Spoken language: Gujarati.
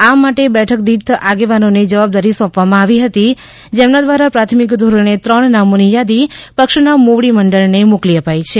આ માટે બેઠક દીઠ આગેવાનોને જવાબદારી સોંપવામાં આવી હતી જેમના દ્વારા પ્રાથમિક ધોરણે ત્રણ નામોની યાદી પક્ષના મોવડી મંડળને મોકલી અપાઈ છે